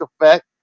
effect